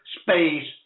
space